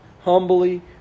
humbly